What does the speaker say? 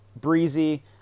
Breezy